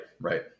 Right